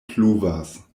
pluvas